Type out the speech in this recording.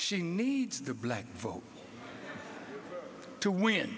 she needs the black vote to win